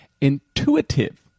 intuitive